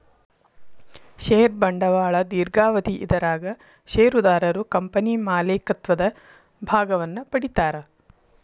ಷೇರ ಬಂಡವಾಳ ದೇರ್ಘಾವಧಿ ಇದರಾಗ ಷೇರುದಾರರು ಕಂಪನಿ ಮಾಲೇಕತ್ವದ ಭಾಗವನ್ನ ಪಡಿತಾರಾ